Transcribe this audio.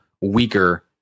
weaker